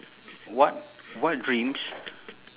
what what dreams